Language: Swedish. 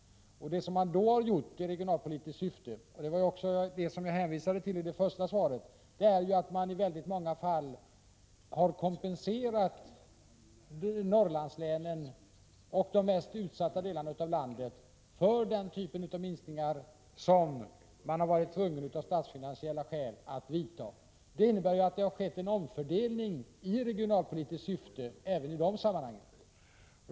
Vad man då gjort i regionalpolitiskt syfte, och som jag hänvisade tilli mitt svar, är att man i många fall har kompenserat Norrlandslänen och de mest utsatta delarna av landet för den typ av minskningar som man av statsfinansiella skäl varit tvungen att vidta. Det innebär att det har skett en omfördelning i regionalpolitiskt syfte även i dessa sammanhang.